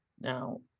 now